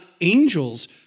angels